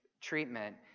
treatment